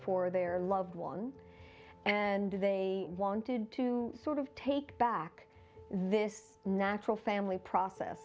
for their loved ones and they wanted to sort of take back this natural family process